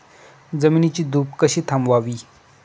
जमिनीची धूप कशी थांबवावी?